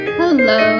hello